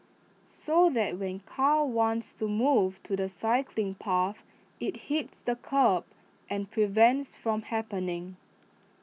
so that when car wants to move to the cycling path IT hits the kerb and prevents from happening